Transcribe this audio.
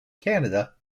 canada